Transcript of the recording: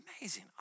amazing